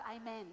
Amen